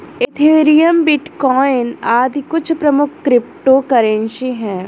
Ethereum, bitcoin आदि कुछ प्रमुख क्रिप्टो करेंसी है